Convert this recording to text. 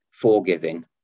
forgiving